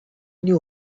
knew